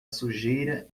sujeira